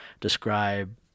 describe